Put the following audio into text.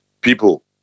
people